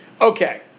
Okay